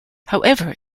however